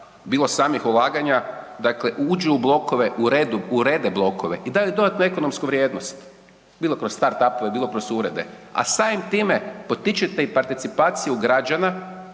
bilo samih ulaganja, dakle uđu u blokove, urede blokove i daju dodatnu ekonomsku vrijednost bilo kroz startupove, bilo kroz urede, a samim time potičete i participaciju građana,